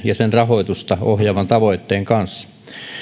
ja sen rahoitusta ohjaavan tavoitteen kanssa